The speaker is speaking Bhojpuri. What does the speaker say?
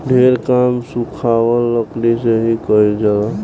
ढेर काम सुखावल लकड़ी से ही कईल जाला